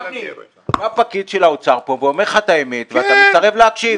בא לכאן פקיד שלה אוצר ואומר לך את האמת אבל אתה מסרב להקשיב.